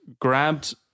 grabbed